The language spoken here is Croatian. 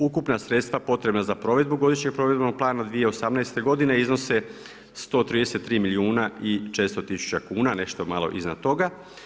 Ukupna sredstva potrebna za provedbu godišnjeg provedbenog plana 2018. godine iznose 133 milijuna i 400 000 kn, nešto malo iznad toga.